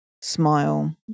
smile